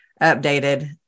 updated